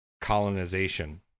Colonization